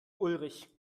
ulrich